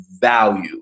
value